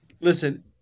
Listen